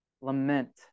lament